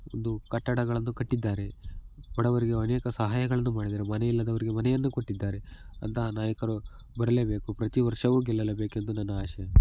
ಒಂದು ಕಟ್ಟಡಗಳನ್ನು ಕಟ್ಟಿದ್ದಾರೆ ಬಡವರಿಗೆ ಅನೇಕ ಸಹಾಯಗಳನ್ನು ಮಾಡಿದಾರೆ ಮನೆಯಿಲ್ಲದವರಿಗೆ ಮನೆಯನ್ನು ಕೊಟ್ಟಿದ್ದಾರೆ ಅಂತಹ ನಾಯಕರು ಬರಲೇ ಬೇಕು ಪ್ರತಿ ವರ್ಷವೂ ಗೆಲ್ಲಲೇಬೇಕೆಂದು ನನ್ನ ಆಶಯ